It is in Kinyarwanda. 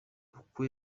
uko